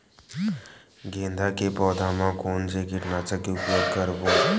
गेंदा के पौधा म कोन से कीटनाशक के उपयोग करबो?